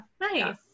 nice